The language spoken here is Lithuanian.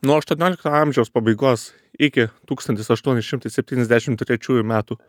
nuo aštuoniolikto amžiaus pabaigos iki tūkstantis aštuoni šimtai septyniasdešim trečiųjų metų